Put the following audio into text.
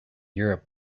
europe